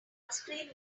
onscreen